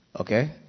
Okay